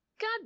God